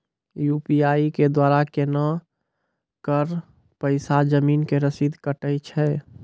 UPI के द्वारा केना कऽ पैसा जमीन के रसीद कटैय छै?